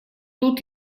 тут